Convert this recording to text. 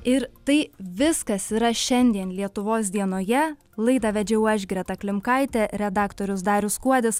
ir tai viskas yra šiandien lietuvos dienoje laidą vedžiau aš greta klimkaitė redaktorius darius kuodis